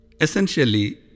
Essentially